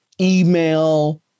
email